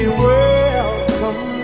welcome